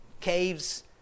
caves